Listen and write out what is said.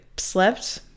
slept